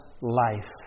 life